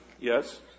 Yes